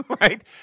Right